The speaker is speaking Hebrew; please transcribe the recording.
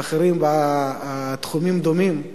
אחרים בתחומים דומים,